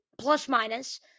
plus-minus